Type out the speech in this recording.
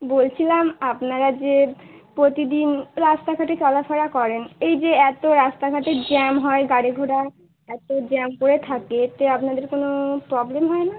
বলছিলাম আপনারা যে প্রতিদিন রাস্তাঘাটে চলাফেরা করেন এই যে এতো রাস্তাঘাটে জ্যাম হয় গাড়ি ঘোড়া এতো জ্যাম করে থাকে এতে আপনাদের কোনো প্রব্লেম হয় না